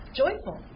joyful